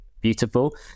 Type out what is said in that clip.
beautiful